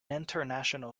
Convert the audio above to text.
international